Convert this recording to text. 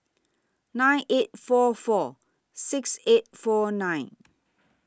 nine eight four four six eight four nine